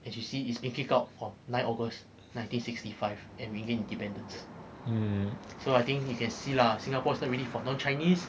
as you see is being kicked out from nine august nineteen sixty five and we gain independence um so I think you can see lah singapore is not ready for non-chinese